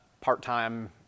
part-time